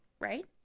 right